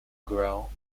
grow